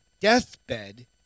deathbed